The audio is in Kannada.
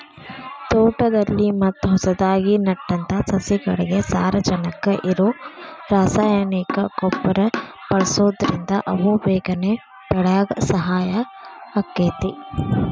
ತೋಟದಲ್ಲಿ ಮತ್ತ ಹೊಸದಾಗಿ ನೆಟ್ಟಂತ ಸಸಿಗಳಿಗೆ ಸಾರಜನಕ ಇರೋ ರಾಸಾಯನಿಕ ಗೊಬ್ಬರ ಬಳ್ಸೋದ್ರಿಂದ ಅವು ಬೇಗನೆ ಬೆಳ್ಯಾಕ ಸಹಾಯ ಆಗ್ತೇತಿ